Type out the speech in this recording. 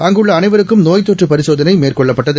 அங்குள்ளஅனைவருக்கும் நோய் தொற்றபரிசோதனைமேற்கொள்ளப்பட்டது